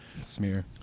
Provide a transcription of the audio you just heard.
Smear